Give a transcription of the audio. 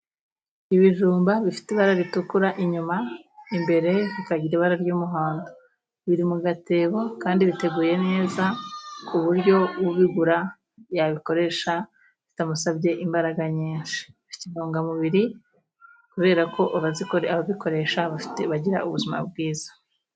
Ibijumba bifite ibara ritukura inyuma imbere bikagira ibara ry'umuhondo, biri mu gatebo kandi biteguye neza, ku buryo ubigura yabikoresha bitamusabye imbaraga nyinshi. Bifite intungamubiri kubera ko ababikoresha bagira ubuzima bwiza.